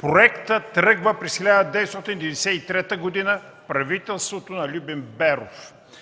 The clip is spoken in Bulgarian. Проектът тръгва през 1993 г. в правителството на Любен Беров.